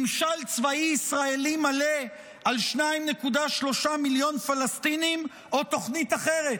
ממשל צבאי ישראלי מלא על 2.3 מיליון פלסטינים או תוכנית אחרת?